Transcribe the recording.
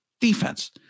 defense